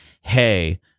hey